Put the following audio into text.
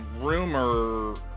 rumor